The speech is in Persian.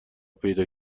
پیدا